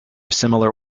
similar